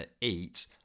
eat